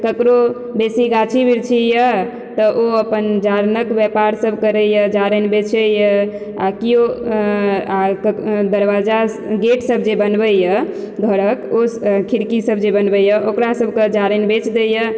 ककरो बेसी गाछी वृक्षी अछि तऽ ओ अपन जारैनक व्यापार सब करैया जारैन बेचैया आ केओ आ दरवाजा गेट सब जे बनबैया घरक ओ खिड़की सब जे बनबैया ओकरा सबके जारैन बेच दैया